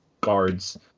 guards